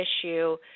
issue